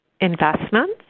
investments